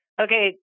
okay